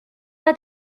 dans